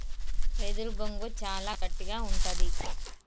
వెదురు బొంగు చాలా గట్టిగా ఉంటది